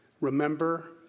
Remember